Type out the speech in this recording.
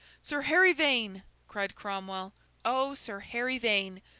sir harry vane cried cromwell o, sir harry vane!